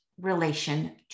relation